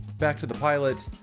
back to the pilots,